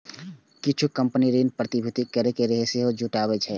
किछु कंपनी ऋण प्रतिभूति कैरके सेहो धन जुटाबै छै